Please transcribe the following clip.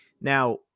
Now